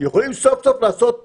יכולים סוף-סוף לעשות צדק.